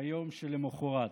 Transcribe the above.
ביום שלמוחרת.